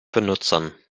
benutzen